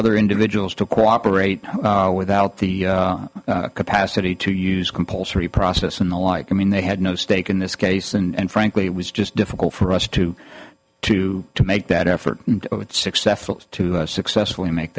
other individuals to cooperate without the capacity to use compulsory process and the like i mean they had no stake in this case and frankly it was just difficult for us to to to make that effort successful to successfully make